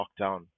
lockdown